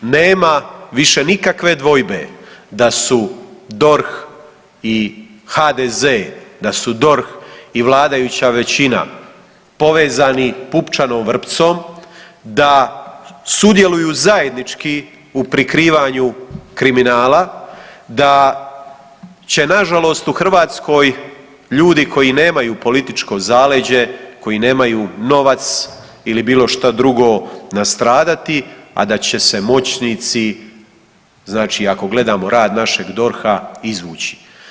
Nema više nikakve dvojbe da su DORH i HDZ, da su DORH i vladajuća većina povezani pupčanom vrpcom, da sudjeluju zajednički u prikrivanju kriminala, da će nažalost u Hrvatskoj ljudi koji nemaju političko zaleđe, koji nemaju novac ili bilo što drugo nastradati, a da će se moćnici ako gledamo rad našeg DORH-a izvući.